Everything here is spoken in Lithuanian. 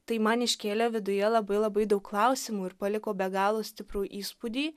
tai man iškėlė viduje labai labai daug klausimų ir paliko be galo stiprų įspūdį